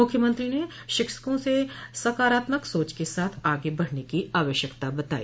मुख्यमंत्री ने शिक्षकों से सकारात्मक सोच के साथ आगे बढ़ने की आवश्यकता बताई